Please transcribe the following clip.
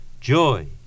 joy